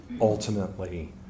ultimately